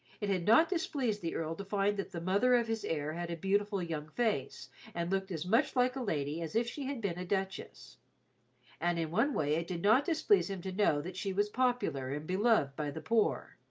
it had not displeased the earl to find that the mother of his heir had a beautiful young face and looked as much like a lady as if she had been a duchess and in one way it did not displease him to know that she was popular and beloved by the poor.